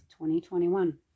2021